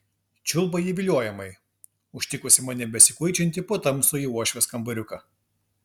čiulba ji viliojamai užtikusi mane besikuičiantį po tamsųjį uošvės kambariuką